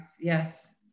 yes